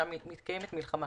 שם מתקיימת מלחמה